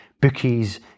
bookies